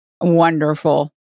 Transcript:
wonderful